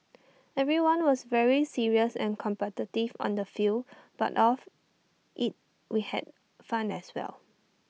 everyone was very serious and competitive on the field but off IT we had fun as well